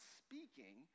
speaking